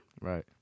Right